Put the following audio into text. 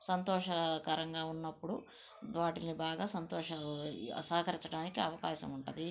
సంతోషకరంగా ఉన్నప్పుడు వాటిని బాగా సంతోషంగా సహకరించడానికి అవకాశం ఉంటుంది